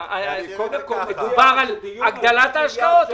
מדובר פה על הגדלת ההשקעות.